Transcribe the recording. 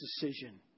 decision